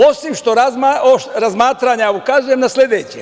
Osim razmatranja, ukazujem na sledeće.